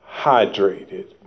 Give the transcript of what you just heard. hydrated